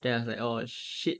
then I was like oh shit